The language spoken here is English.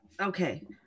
okay